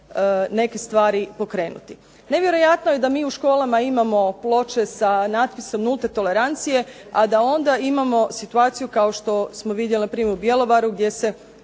neke stvari pokrenuti. Nevjerojatno je da mi u školama imamo ploče sa natpisom nulte tolerancije a da onda imamo situaciju kao što smo vidjeli u Bjelovaru gdje se